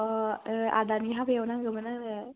अ आदानि हाबायाव नांगौमोन आरो